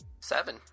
Seven